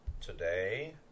Today